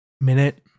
Minute